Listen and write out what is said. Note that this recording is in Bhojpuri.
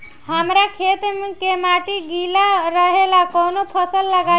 हमरा खेत के मिट्टी गीला रहेला कवन फसल लगाई हम?